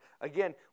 Again